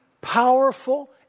powerful